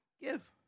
Give